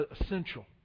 essential